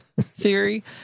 theory